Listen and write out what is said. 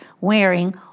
wearing